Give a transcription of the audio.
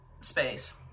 Space